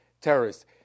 terrorists